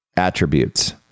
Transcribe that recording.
attributes